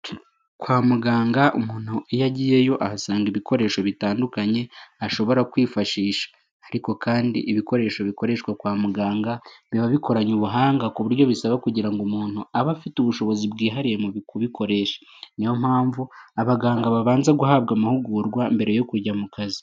Kwa muganga umuntu iyo agiyeyo ahasanga ibikoresho bitandukanye ashobora kwifashisha. Ariko kandi ibikoresho bikoreshwa kwa muganga biba bikoranye ubuhanga ku buryo bisaba kugira ngo umuntu aba afite ubushobozi bwihariye mu kubikoresha. Ni yo mpamvu abaganga babanza guhabwa amahugurwa mbere yo kujya mu kazi.